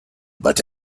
but